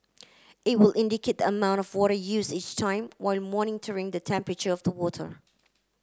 it will indicate the amount of water used each time while monitoring the temperature of the water